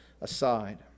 aside